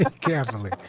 carefully